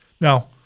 Now